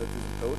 לדעתי זו טעות,